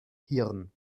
hirn